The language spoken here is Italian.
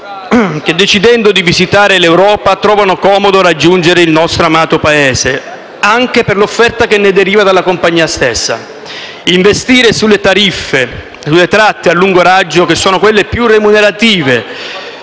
che, decidendo di visitare l'Europa, trovano comodo raggiungere il nostro amato Paese, anche per l'offerta che deriva dalla compagnia stessa. Investire sulle tratte a lungo raggio, che sono quelle più remunerative,